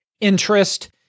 interest